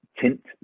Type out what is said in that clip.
tint